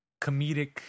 comedic